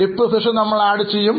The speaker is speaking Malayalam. Depreciationനമ്മൾ ചേർക്കും